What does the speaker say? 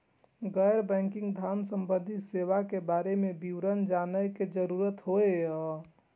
गैर बैंकिंग धान सम्बन्धी सेवा के बारे में विवरण जानय के जरुरत होय हय?